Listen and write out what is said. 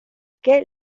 qué